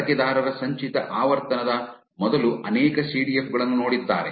ಬಳಕೆದಾರರ ಸಂಚಿತ ಆವರ್ತನದ ಮೊದಲು ಅನೇಕ ಸಿಡಿಎಫ್ ಗಳನ್ನು ನೋಡಿದ್ದಾರೆ